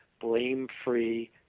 blame-free